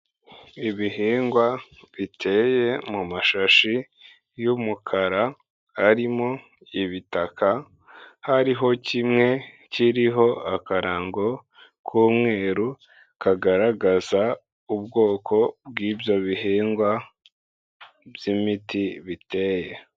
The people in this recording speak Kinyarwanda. Ibihingwa biteye mu mashashi y'umukara arimo ibitaka, hariho kimwe kiriho akarango k'umweru, kagaragaza ubwoko bw'ibyo bihingwa by'imiti biteye.